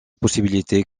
possibilité